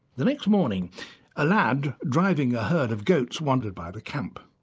the next morning a lad driving a herd of goats wandered by the camp.